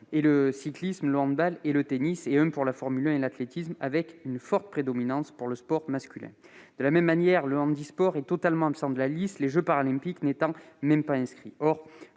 au cyclisme, au handball et au tennis et un à la Formule 1 et à l'athlétisme, avec une forte prédominance pour le sport masculin. De la même manière, le handisport est totalement absent de la liste, les jeux Paralympiques n'étant même pas inscrits.